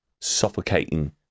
suffocating